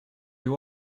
you